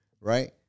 right